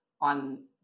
on